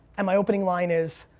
and my opening line is,